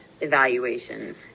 evaluation